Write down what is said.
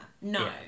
No